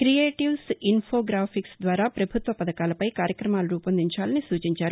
creatives infographics ద్వారా ప్రభుత్వ పథకాలపై కార్యక్రమాలు రూపొందించాలని సూచించారు